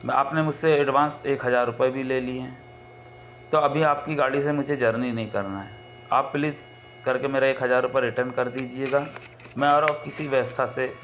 आपने मुझसे एडवांस एक हजार रुपये भी ले लिए हैं तो अभी आपकी गाड़ी है मुझे जर्नी नहीं करना है आप प्लीज़ करके मेरा एक हजार रूपए रिटर्न दीजिएगा मैं और किसी व्यवस्था से